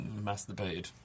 masturbated